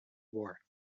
war